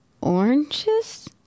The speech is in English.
oranges